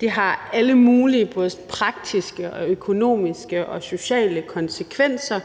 Det har alle mulige både praktiske, økonomiske og sociale konsekvenser.